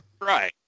Right